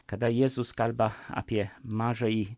kada jėzus kalba apie mažąjį